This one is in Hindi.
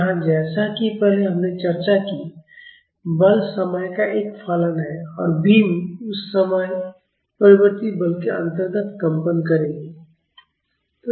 यहाँ जैसा कि हमने पहले चर्चा की बल समय का एक फलन है और बीम उस समय परिवर्ती बल के अंतर्गत कंपन करेगी